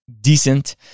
decent